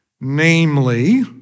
namely